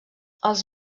els